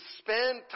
spend